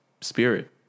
spirit